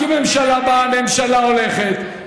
כי ממשלה באה וממשלה הולכת.